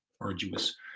arduous